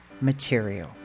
material